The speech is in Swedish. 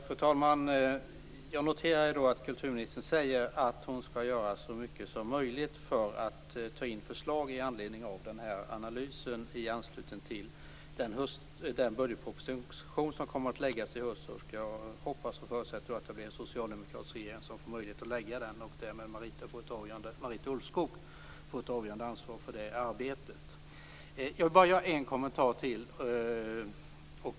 Fru talman! Jag noterar att kulturministern säger att hon skall göra så mycket som möjligt för att ta in förslag i anledning av analysen i anslutning till den budgetproposition som kommer att läggas fram i höst. Jag hoppas och förutsätter att det blir en socialdemokratisk regering som får möjlighet att lägga fram den och att Marita Ulvskog därmed får ett avgörande ansvar för det arbetet. Jag vill bara göra en kommentar till.